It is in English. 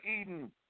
Eden